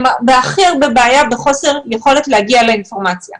שהם בבעיה בחוסר היכולת להגיע לאינפורמציה.